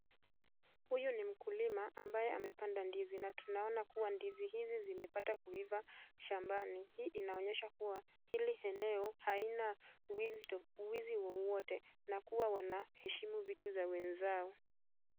Huyu ni mkulima ambaye amepanda ndizi na tunaona kuwa ndizi hizi zimepata kuiva shambani. Hii inaonyesha kuwa hili eneo haina wizi wowote na kuwa wanaheshimu vitu za wenzao.